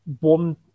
one